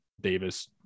Davis